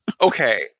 Okay